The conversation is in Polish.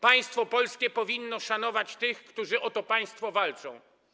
Państwo polskie powinno szanować tych, którzy o to państwo walczą.